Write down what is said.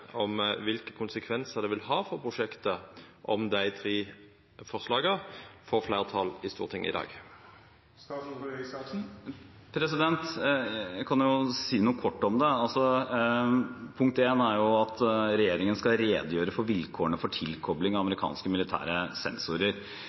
om kva for konsekvensar det vil ha for prosjektet om dei tre forslaga får fleirtal i Stortinget i dag. Jeg kan kort si noe om det. Forslag nr. 1 er at regjeringen skal redegjøre for «vilkårene for tilkobling av